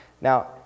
Now